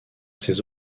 ses